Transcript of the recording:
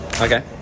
Okay